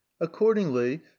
accordingly